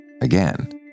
again